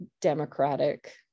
Democratic